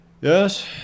Yes